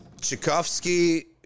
tchaikovsky